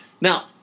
Now